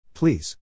Please